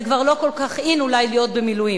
זה כבר לא כל כך in אולי להיות במילואים.